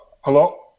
hello